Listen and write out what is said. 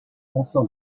author